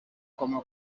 como